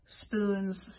spoons